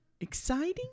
exciting